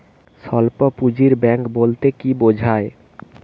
স্বল্প পুঁজির ব্যাঙ্ক বলতে কি বোঝায়?